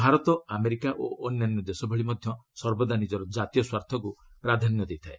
Bharat' America ଓ ଅନ୍ୟାନ୍ୟ ଦେଶଭଳି ମଧ୍ୟ ସର୍ବଦା ନିଜର କାତୀୟ ସ୍ୱାର୍ଥକୁ ପ୍ରାଧାନ୍ୟ ଦେଇଥାଏ